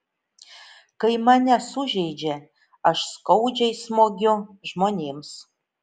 kai mane sužeidžia aš skaudžiai smogiu žmonėms